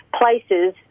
places